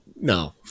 no